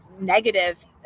negative